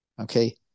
Okay